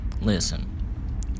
Listen